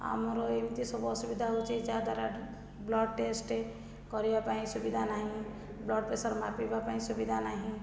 ଆମର ଏମିତି ସବୁ ଅସୁବିଧା ହେଉଛି ଯା ଦ୍ୱାରା ବ୍ଲଡ଼୍ ଟେଷ୍ଟ କରିବା ପାଇଁ ସୁବିଧା ନାହିଁ ବ୍ଲଡ଼୍ ପ୍ରେସର୍ ମାପିବା ପାଇଁ ସୁବିଧା ନାହିଁ